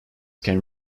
can